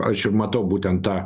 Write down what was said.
aš ir matau būtent tą